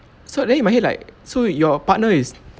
so then in my head like so your partner is